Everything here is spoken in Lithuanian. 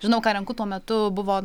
žinau ką renku tuo metu buvo